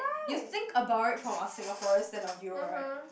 you think about it from our Singaporean stand of view right